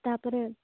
ତାପରେ